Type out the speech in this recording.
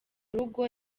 rugo